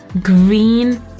green